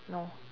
no